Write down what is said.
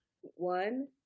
One